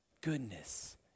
goodness